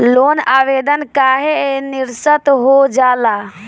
Loan आवेदन काहे नीरस्त हो जाला?